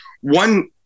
One